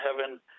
heaven